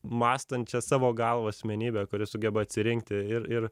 mąstančią savo galva asmenybę kuri sugeba atsirinkti ir ir